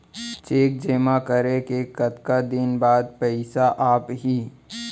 Cheque जेमा करें के कतका दिन बाद पइसा आप ही?